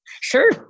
Sure